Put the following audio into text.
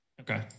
Okay